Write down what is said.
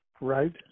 Right